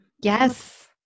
Yes